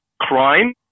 crime